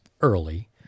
early